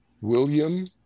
William